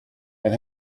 and